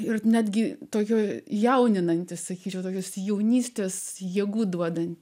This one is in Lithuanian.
ir netgi tokioje jauninanti sakyčiau tokius jaunystės jėgų duodanti